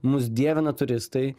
mus dievina turistai